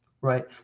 right